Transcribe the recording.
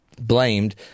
blamed